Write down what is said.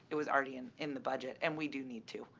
it was already and in the budget, and we do need two.